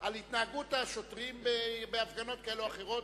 על התנהגות השוטרים בהפגנות כאלה או אחרות.